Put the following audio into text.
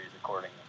accordingly